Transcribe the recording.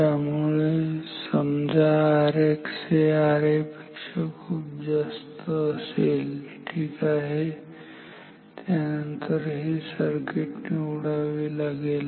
त्यामुळे समजा Rx हे RA पेक्षा खूप जास्त असेल ठीक आहे त्यानंतर हे सर्किट निवडावे लागेल